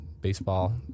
Baseball